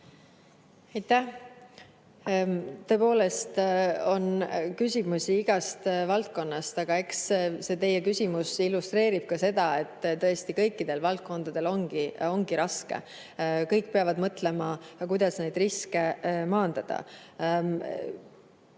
Tõepoolest on küsimusi igast valdkonnast. Aga eks see teie küsimus illustreerib seda, et kõikidel valdkondadel ongi raske. Kõik peavad mõtlema, kuidas neid riske maandada.